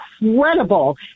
incredible